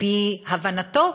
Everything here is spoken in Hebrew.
על-פי הבנתו,